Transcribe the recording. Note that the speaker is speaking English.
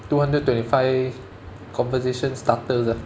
two hundred twenty five conversation starters ah